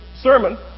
sermon